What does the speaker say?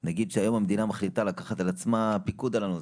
נגיד שהיום המדינה מחליטה לקחת על עצמה פיקוד על הנושא,